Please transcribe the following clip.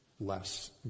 less